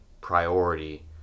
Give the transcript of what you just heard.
priority